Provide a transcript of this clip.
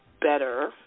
better